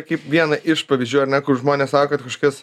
kaip vieną iš pavyzdžių ar ne kur žmonės sako kad kažkas